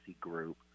group